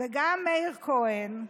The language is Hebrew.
גם מאיר כהן,